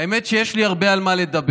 האמת היא שיש לי הרבה על מה לדבר,